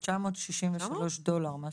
זה כ-963 דולר.